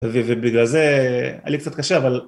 ובגלל זה, היה לי קצת קשה, אבל